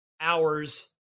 hours